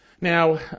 Now